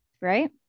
Right